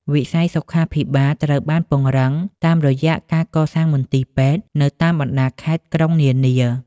វិស័យសុខាភិបាលត្រូវបានពង្រឹងតាមរយៈការកសាងមន្ទីរពេទ្យនៅតាមបណ្តាខេត្តក្រុងនានា។